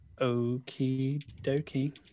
Okie-dokie